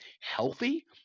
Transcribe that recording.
healthy